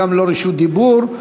וגם לא רשות דיבור.